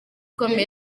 ikomeye